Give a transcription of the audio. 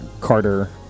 Carter